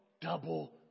double